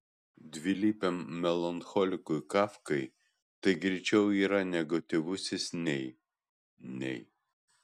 dvilypiam melancholikui kafkai tai greičiau yra negatyvusis nei nei